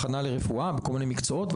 הכנה לרפואה בכל מיני מקצועות,